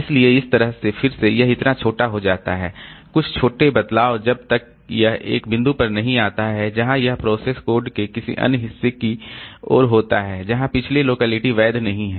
इसलिए इस तरह से फिर से यह इतना छोटा हो जाता है कुछ छोटे बदलाव जब तक यह एक बिंदु पर नहीं आता है जहां यह प्रोसेस कोड के किसी अन्य हिस्से की ओर होता है जहां पिछले लोकेलिटी वैध नहीं है